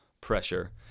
pressure